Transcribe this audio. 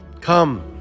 come